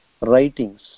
writings